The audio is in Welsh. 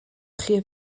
chi